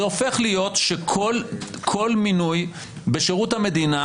זה הופך להיות שכל מינוי בשירות המדינה